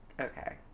Okay